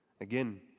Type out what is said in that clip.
Again